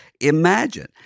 imagine